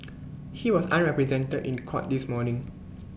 he was unrepresented in court this morning